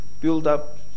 Build-up